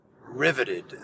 riveted